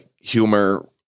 humor